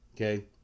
Okay